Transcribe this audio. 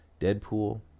Deadpool